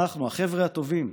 אנחנו 'החבר'ה הטובים'